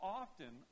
often